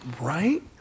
Right